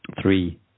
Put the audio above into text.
three